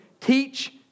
teach